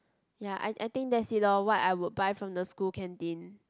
ya I I think that's it loh what I would buy from the school canteen